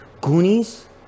Goonies